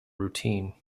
routine